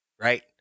right